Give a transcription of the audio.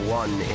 one